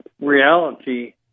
reality